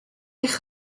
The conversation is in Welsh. eich